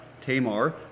Tamar